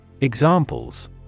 Examples